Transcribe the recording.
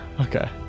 Okay